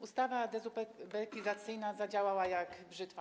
Ustawa dezubekizacyjna zadziałała jak brzytwa.